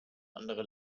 andere